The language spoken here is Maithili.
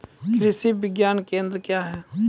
कृषि विज्ञान केंद्र क्या हैं?